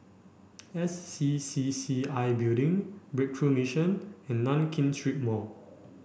S C C C I Building Breakthrough Mission and Nankin Street Mall